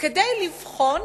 כדי לבחון